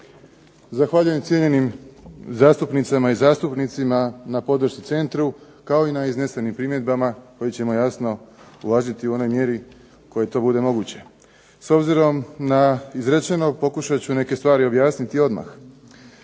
Zahvaljujem cijenjenim zastupnicama i zastupnicima na podršci centru kao i na iznesenim primjedbama koje ćemo jasno uvažiti u onoj mjeri u kojoj to bude moguće. S obzirom na izrečeno pokušat ću neke stvari objasniti odmah.